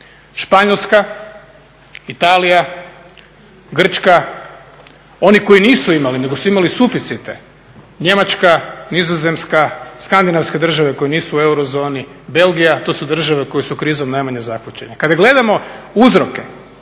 Španjolska, Italija, Grčka. Oni koji nisu imali nego su imali suficite Njemačka, Nizozemska, Skandinavske države koje nisu u eurozoni, Belgija, to su države koje su krizom najmanje zahvaćene.